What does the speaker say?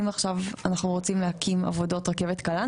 אם עכשיו אנחנו רוצים להקים עבודות רכבת קלה,